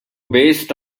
based